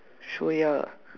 so ya